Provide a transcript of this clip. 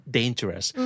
dangerous